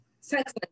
sex